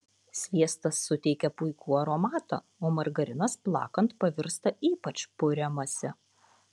sviestas suteikia puikų aromatą o margarinas plakant pavirsta ypač puria mase